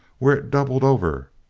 where it doubled over,